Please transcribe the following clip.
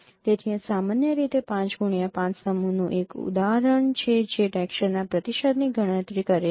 તેથી આ સામાન્ય રીતે 5x5 સમૂહનું એક ઉદાહરણ છે જે ટેક્સચરના પ્રતિસાદની ગણતરી કરે છે